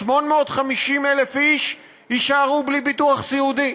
850,000 איש יישארו בלי ביטוח סיעודי.